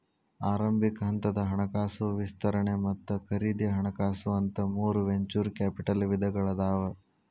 ಆರಂಭಿಕ ಹಂತದ ಹಣಕಾಸು ವಿಸ್ತರಣೆ ಮತ್ತ ಖರೇದಿ ಹಣಕಾಸು ಅಂತ ಮೂರ್ ವೆಂಚೂರ್ ಕ್ಯಾಪಿಟಲ್ ವಿಧಗಳಾದಾವ